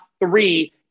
three